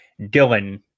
Dylan